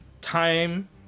time